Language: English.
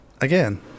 again